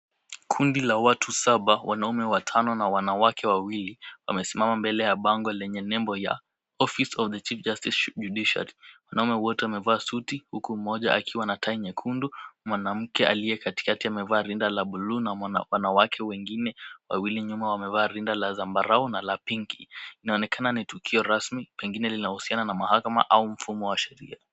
Kundi la watu saba, wanaume watano na wanawake wawili wamesimama mbele ya bango lenye nembo ya Office Of The Chief Justice Judiciary . Wanaume wote wamevaa suti huku mmoja akiwa na tai nyekundu. Mwanamke aliye katikati amevaa rinda la bluu na wanawake wengine wawili nyuma wamevaa rinda la zambarau na la pinki. Inaonekana ni tukio rasmi pengine linahusiana na mahakama au mfumo wa sheria.